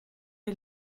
est